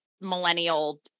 millennial